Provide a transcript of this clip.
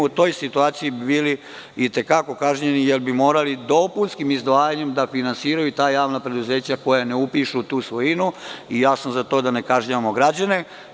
U toj situaciji bi bili i te kako kažnjeni, jer bi morali dopunskim izdvajanjem da finansiraju ta javna preduzeća koja ne upišu tu svojinu i ja sam za to da ne kažnjavamo građane.